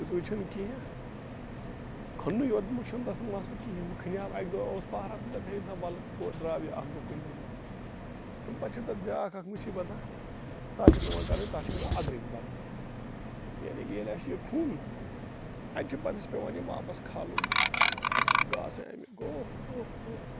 تِتُے چھُ نہٕ کیٚنٛہہ کھنٕے یوٚت چھُ نہٕ تتھ مسلہٕ کِہیٖنٛۍ وۅنۍ کھنیٛاو اکہِ دۄہ اوس پٔہرا دپہِ ہے اِنسان وۅلہٕ کوٚر درٛاو یہِ اکھ دۄہ کُنہِ طٔریٖقہٕ تمہِ پتہٕ چھِ تتھ بیٛاکھ اکھ مُصیٖبتھاہ تتھ چھِ پیٚوان کرٕنۍ تتھ چھِ ونان ادٔرِنۍ کرٕنۍ ییٚلہِ اَسہِ یہِ کھوٚن اتہِ چھُنہٕ پتہٕ اَسہِ پیٚوان واپس کھالُن گاسہٕ امیُک اَوہ اَوہ اَوہ